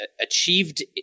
achieved